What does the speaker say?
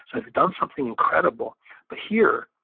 so they've done something incredible but here,